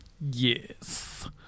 Yes